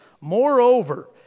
Moreover